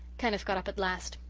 kenneth got up at last.